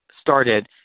started